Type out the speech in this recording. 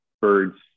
birds